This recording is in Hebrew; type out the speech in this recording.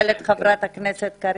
חמישי הקרוב?